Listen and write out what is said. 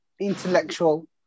intellectual